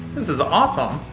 this is awesome.